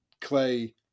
Clay